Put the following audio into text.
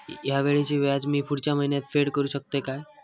हया वेळीचे व्याज मी पुढच्या महिन्यात फेड करू शकतय काय?